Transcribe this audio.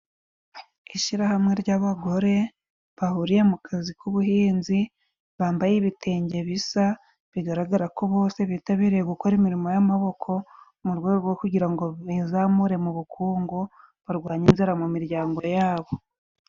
Ishirahamwe ry'abagore bahuriye mu kazi k'ubuhinzi bambaye ibitenge bisa, bigaragara ko bose bitabiriye gukora imirimo y'amaboko, mu rwego rwo kugira ngo bizamure mu bukungu, barwanye inzara mu miryango yabo.